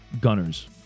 gunners